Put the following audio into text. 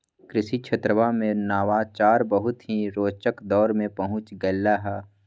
कृषि क्षेत्रवा में नवाचार बहुत ही रोचक दौर में पहुंच गैले है